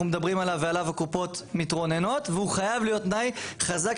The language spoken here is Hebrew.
מדברים עליו ועליו הקופות מתרוננות והוא חייב להיות תנאי חזק,